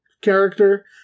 character